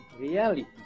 reality